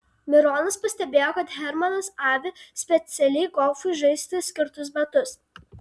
mironas pastebėjo kad hermanas avi specialiai golfui žaisti skirtus batus